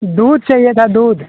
दूध चहिए था दूध